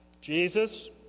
Jesus